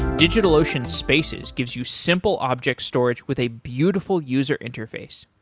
digitalocean spaces gives you simple object storage with a beautiful user interface.